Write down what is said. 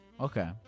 Okay